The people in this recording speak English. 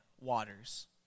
waters